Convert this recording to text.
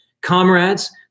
comrades